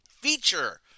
feature